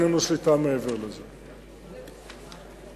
מעבר לזה אין לנו שליטה.